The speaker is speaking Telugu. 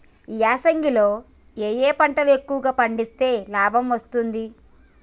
ఈ యాసంగి లో ఏ పంటలు ఎక్కువగా పండిస్తే లాభం వస్తుంది?